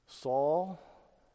Saul